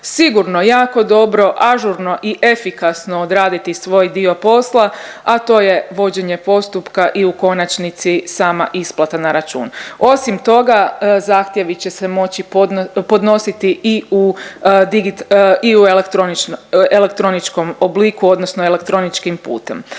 sigurno jako dobro, ažurno i efikasno odraditi svoj dio posla, a to je vođenje postupka i u konačnici sama isplata na račun. Osim toga, zahtjevi će se moći podnositi i u elektroničkom obliku, odnosno elektroničkim putem.